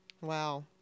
Wow